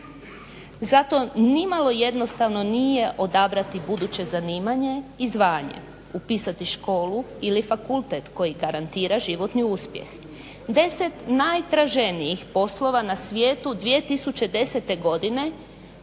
Zato nimalo jednostavno nije odabrati buduće zanimanje i zvanje, upisati školu ili fakultet koji garantira životni uspjeh. Deset najtraženijih poslova na svijetu 2010. godine